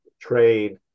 trade